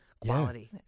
quality